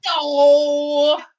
No